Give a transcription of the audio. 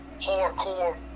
hardcore